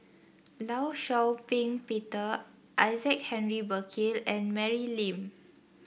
Law Shau Ping Peter Isaac Henry Burkill and Mary Lim